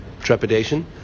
trepidation